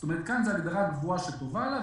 זאת אומרת כאן זאת הגדרה קבועה שטובה לה,